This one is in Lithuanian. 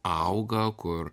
auga kur